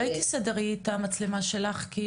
רק לעשות קצת סדר, זה נאמר ככה תוך